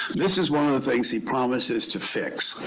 this is one of the things he promises to fix.